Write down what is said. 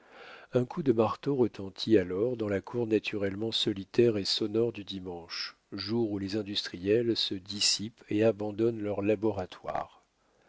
un coup de marteau retentit alors dans la cour naturellement solitaire et sonore du dimanche jour où les industriels se dissipent et abandonnent leurs laboratoires